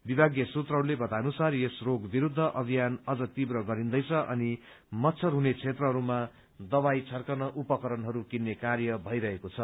विभागीय सूत्रहरूले बताए अनुसार यस रोग विरूद्व अभियान अझ तीव्र गरिन्दैछ अनि मच्छर हुने क्षेत्रहरूमा दवाई छर्कन उपकरणहरू किन्ने कार्य भइरहेको छ